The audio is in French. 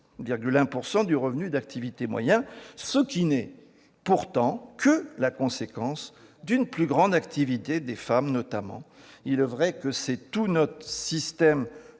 66,1 % du revenu d'activité moyen, ce qui n'est pourtant que la conséquence d'une plus grande activité des femmes notamment. Il est vrai que c'est tout notre système